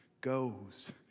goes